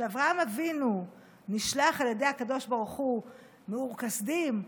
כשאברהם אבינו נשלח על ידי הקדוש ברוך הוא מאור כשדים,